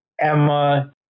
Emma